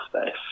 space